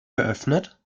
geöffnet